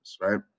right